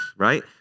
right